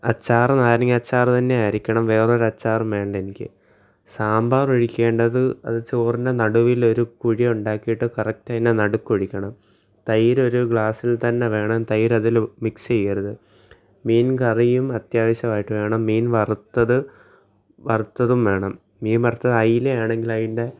അച്ചാറ് നാരങ്ങാ അച്ചാറ് തന്നെ ആയിരിക്കണം വേറൊരു അച്ചാറും വേണ്ട എനിക്ക് സാമ്പാർ ഒഴിക്കേണ്ടത് അത് ചോറിൻ്റെ നാടുവിലൊരു കുഴി ഉണ്ടാക്കിയിട്ട് കറക്റ്റ് അതിൻ്റെ നടുക്കൊഴിക്കണം തൈര് ഒരു ഗ്ലാസിൽ തന്നെ വേണം തൈര് അതിൽ മിക്സ് ചെയ്യരുത് മീൻ കറിയും അത്യാവശ്യമായിട്ട് വേണം മീൻ വറുത്തത് വറുത്തതും വേണം മീൻ വറുത്തത് അയില ആണെങ്കിൽ അതിൻ്റെ